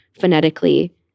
phonetically